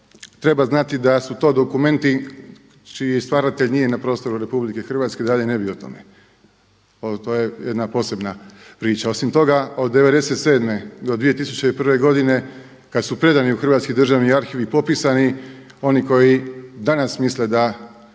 treba znati da su to dokumenti čiji stvaratelj nije na prostoru Republike Hrvatske, dalje ne bih o tome. To je jedna posebna priča. Osim toga, od '97. do 2001. godine kad su predani u Hrvatski državni arhiv i popisani oni koji danas misle da